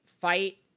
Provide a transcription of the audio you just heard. fight